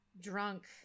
drunk